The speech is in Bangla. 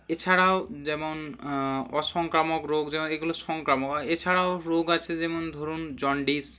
এছাড়াও যেমন অসংক্রামক রোগ যেমন এগুলো সংক্রামক এছাড়াও রোগ আছে যেমন ধরুন জন্ডিস